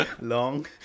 long